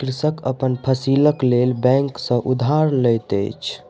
कृषक अपन फसीलक लेल बैंक सॅ उधार लैत अछि